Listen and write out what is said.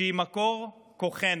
שהיא מקור כוחנו,